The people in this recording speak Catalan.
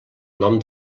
nom